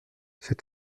cet